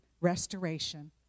restoration